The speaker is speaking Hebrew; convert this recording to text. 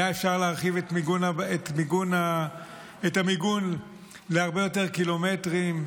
היה אפשר להרחיב את המיגון להרבה יותר קילומטרים,